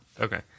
Okay